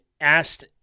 asked